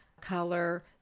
color